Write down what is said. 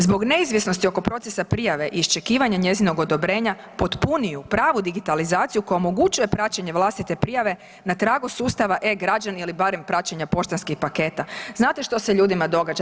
Zbog neizvjesnosti oko procesa prijave i iščekivanja njezinog odobrenja potpuniju pravu digitalizaciju koja omogućuje praćenje vlastite prijave na tragu sustava e-građani ili barem praćenja poštanskih paketa, znate što se ljudima događa?